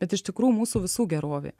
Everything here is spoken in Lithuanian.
bet iš tikrųjų mūsų visų gerovė